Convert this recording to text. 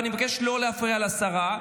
אני מבקש לא להפריע לשרה,